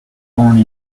born